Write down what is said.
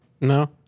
No